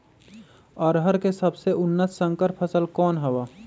अरहर के सबसे उन्नत संकर फसल कौन हव?